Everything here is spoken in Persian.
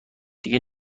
دیگه